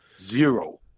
Zero